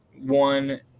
one